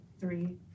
three